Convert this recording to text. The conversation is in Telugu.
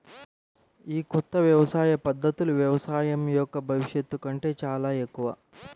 ఈ కొత్త వ్యవసాయ పద్ధతులు వ్యవసాయం యొక్క భవిష్యత్తు కంటే చాలా ఎక్కువ